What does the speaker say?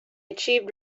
achieved